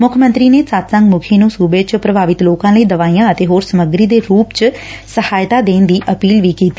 ਮੁੱਖ ਮੰਤਰੀ ਨੇ ਸਤਿਸੰਗ ਮੁੱਖੀ ਨੂੰ ਸੁਬੇ ਭਰ ਚ ਪ੍ਰਭਾਵਿਤ ਲੋਕਾ ਲਈ ਦਵਾਈਆਂ ਅਤੇ ਹੋਰ ਸਮੱਗਰੀ ਦੇ ਰੁਪ ਵਿਚ ਸਹਾਇਤਾ ਦੇਣ ਦੀ ਅਪੀਲ ਕੀਤੀ